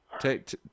Take